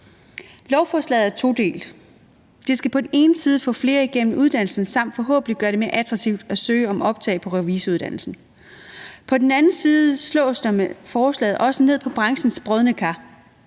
Lovforslaget er todelt. Det skal på den ene side få flere igennem uddannelsen samt forhåbentlig gøre det mere attraktivt at søge om optag på revisoruddannelsen. På den anden side slås der med forslaget også ned på branchens brodne kar.